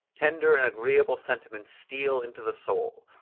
tender and agreeable sentiments steal into the soul,